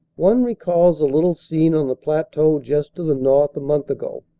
one recalls a little scene on the plateau just to the north a month ago.